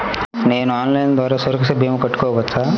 నేను ఆన్లైన్ ద్వారా సురక్ష భీమా కట్టుకోవచ్చా?